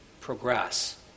progress